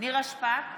נירה שפק,